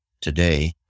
today